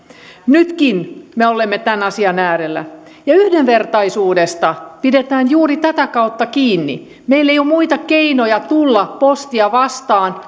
nytkin me olemme tämän asian äärellä yhdenvertaisuudesta pidetään juuri tätä kautta kiinni meillä ei ole muita keinoja tulla postia vastaan